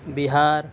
Bihar